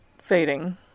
fading